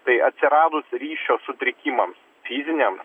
tai atsiradus ryšio sutrikimams fiziniam